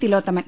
തിലോ ത്തമൻ